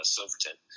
Silverton